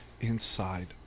Inside